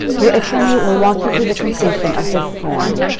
your attorney will walk you through the completion of this form.